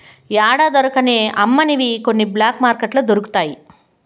యాడా దొరకని అమ్మనివి అన్ని బ్లాక్ మార్కెట్లో దొరుకుతాయి